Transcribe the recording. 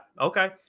okay